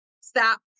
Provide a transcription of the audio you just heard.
stop